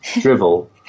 drivel